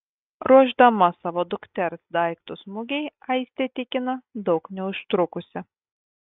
ruošdama savo dukters daiktus mugei aistė tikina daug neužtrukusi